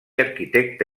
arquitecte